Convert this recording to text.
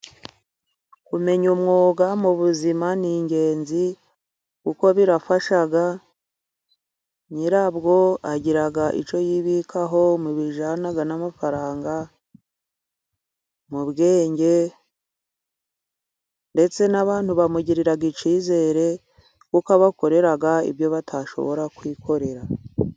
Kumenya umwuga mu buzima ni ingenzi, kuko birafasha. Nyirabwo agira icyo yibikaho mu bijyanye n'amafaranga, mu bwenge ndetse n'abantu bamugirira icyizere kuko abakorera ibyo batashobora kwikorera.